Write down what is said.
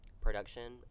production